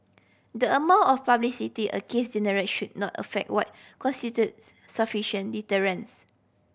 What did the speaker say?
the amount of publicity a case generate should not affect what constitute sufficient deterrence